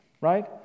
right